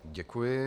Děkuji.